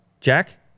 Jack